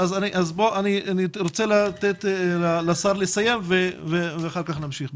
אני רוצה לתת לשר לסיים ואחר כך נמשיך.